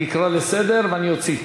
אני אקרא לסדר ואני אוציא.